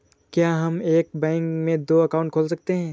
क्या हम एक बैंक में दो अकाउंट खोल सकते हैं?